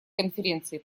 конференции